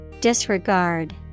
Disregard